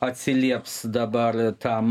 atsilieps dabar tam